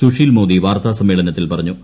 സുശീൽ മോദി വാർത്താ സമ്മേളനത്തിൽ പറഞ്ഞു